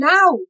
Now